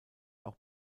auch